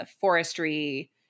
forestry